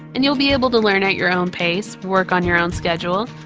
and you'll be able to learn at your own pace, work on your own schedule,